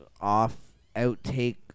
off-outtake